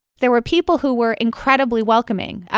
there were people who were incredibly welcoming.